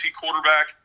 quarterback